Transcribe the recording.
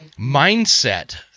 mindset